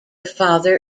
father